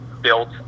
built